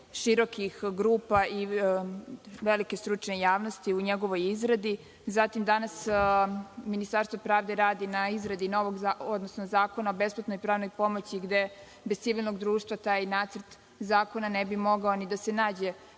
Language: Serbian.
širokih grupa i velike stručne javnosti u njegovoj izradi. Zatim, danas Ministarstvo pravde radi na izradi novog zakona, odnosno zakona o besplatnoj pravnoj pomoći gde bez civilnog društva taj nacrt zakona ne bi mogao ni da se nađe